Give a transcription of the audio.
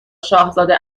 شاهزاده